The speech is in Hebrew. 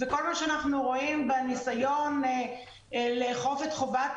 כל מה שאנחנו רואים בניסיון לאכוף את חובת